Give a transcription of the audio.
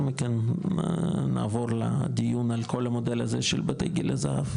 מכן נעבור לדיון על כל המודל הזה של בתי גיל הזהב.